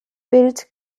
bild